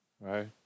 right